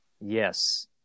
Yes